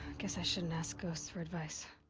guess i shouldn't ask ghosts for advice.